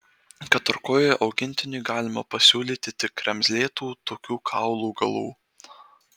keturkojui augintiniui galima pasiūlyti tik kremzlėtų tokių kaulų galų